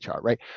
right